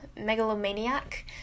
megalomaniac